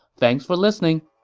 thanks for listening!